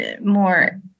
more